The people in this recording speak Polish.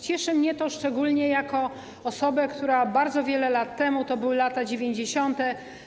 Cieszy mnie to szczególnie jako osobę, która bardzo wiele lat temu - to były lata 90.